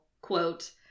Quote